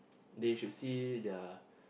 they should their